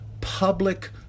public